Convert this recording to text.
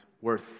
worth